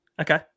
Okay